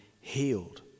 healed